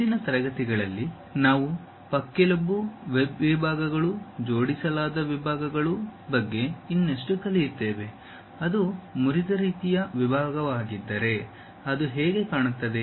ಮುಂದಿನ ತರಗತಿಗಳಲ್ಲಿ ನಾವು ಪಕ್ಕೆಲುಬು ವೆಬ್ ವಿಭಾಗಗಳು ಜೋಡಿಸಲಾದ ವಿಭಾಗಗಳ ಬಗ್ಗೆ ಇನ್ನಷ್ಟು ಕಲಿಯುತ್ತೇವೆ ಅದು ಮುರಿದ ರೀತಿಯ ವಿಭಾಗವಾಗಿದ್ದರೆ ಅದು ಹೇಗೆ ಕಾಣುತ್ತದೆ